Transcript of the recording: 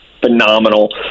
Phenomenal